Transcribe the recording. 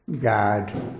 God